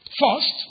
First